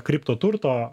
kripto turto